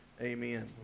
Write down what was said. amen